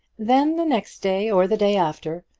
then the next day, or the day after.